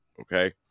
Okay